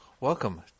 welcome